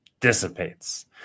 dissipates